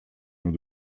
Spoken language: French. nous